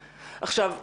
עכשיו,